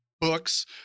books